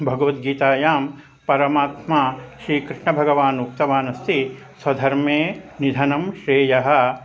भगवद्गीतायां परमात्मा श्रीकृष्णभगवान् उक्तवान् अस्ति स्वधर्मे निधनं श्रेयः